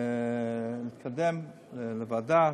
לקדם לוועדה.